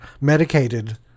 medicated